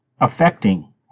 affecting